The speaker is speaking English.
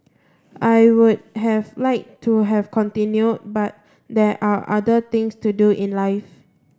I would have liked to have continued but there are other things to do in life